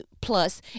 plus